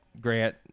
Grant